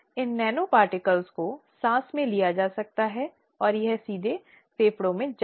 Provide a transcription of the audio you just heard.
इस तरह की शिकायत जल्द से जल्द की जानी चाहिए और सवालिया घटना के तीन महीने बाद नहीं